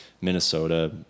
Minnesota